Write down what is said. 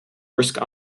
risk